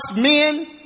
men